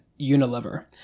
Unilever